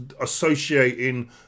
associating